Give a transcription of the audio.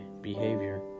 behavior